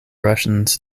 russians